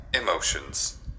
emotions